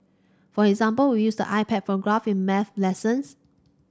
for example we use the iPad for graph in maths lessons